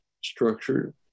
structured